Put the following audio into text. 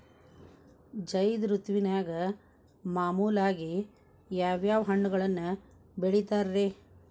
ಝೈದ್ ಋತುವಿನಾಗ ಮಾಮೂಲಾಗಿ ಯಾವ್ಯಾವ ಹಣ್ಣುಗಳನ್ನ ಬೆಳಿತಾರ ರೇ?